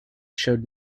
showed